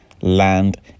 land